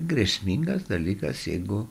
grėsmingas dalykas jeigu